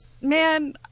man